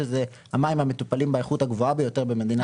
שזה המים המטופלים באיכות הגבוהה ביותר במדינת ישראל.